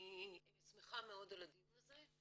אני שמחה מאוד על הדיון הזה,